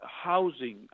housing